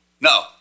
No